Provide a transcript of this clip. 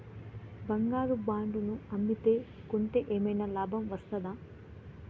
బంగారు బాండు ను అమ్మితే కొంటే ఏమైనా లాభం వస్తదా?